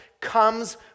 comes